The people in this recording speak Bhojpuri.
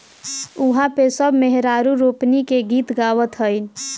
उहा पे सब मेहरारू रोपनी के गीत गावत हईन